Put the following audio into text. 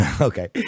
Okay